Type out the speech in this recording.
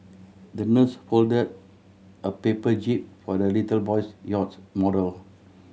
the nurse folded a paper jib for the little boy's yacht model